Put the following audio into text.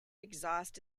exhaust